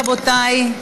רבותי,